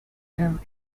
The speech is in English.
him